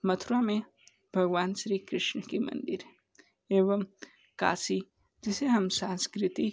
मथुरा में भगवान श्री कृष्ण के मंदिर एवं काशी जिसे हम सांस्कृतिक